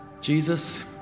Jesus